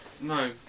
no